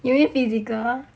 you mean physical